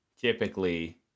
typically